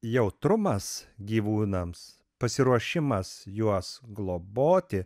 jautrumas gyvūnams pasiruošimas juos globoti